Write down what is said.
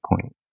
point